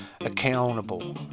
accountable